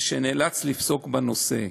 שנאלץ לפסוק בנושא.